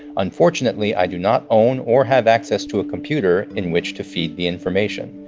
unfortunately, i do not own or have access to a computer in which to feed the information.